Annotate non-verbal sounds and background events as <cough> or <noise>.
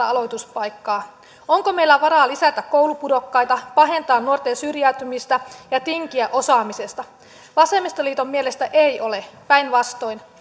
<unintelligible> aloituspaikkaa onko meillä varaa lisätä koulupudokkaita pahentaa nuorten syrjäytymistä ja tinkiä osaamisesta vasemmistoliiton mielestä ei ole päinvastoin